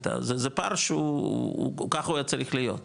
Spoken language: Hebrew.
זה פער שככה הוא היה צריך להיות,